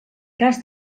cas